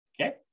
Okay